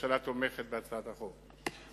הממשלה תומכת בהצעת החוק.